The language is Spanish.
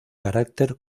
carácter